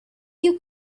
you